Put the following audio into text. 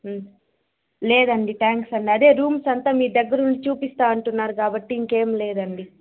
లేదండీ థ్యాంక్స్ అండీ అదే రూమ్స్ అంతా మీరు దగ్గరుండి చూపిస్తా అంటున్నారు కాబట్టి ఇంకేం లేదండీ